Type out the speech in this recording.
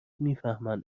میفهمن